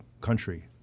country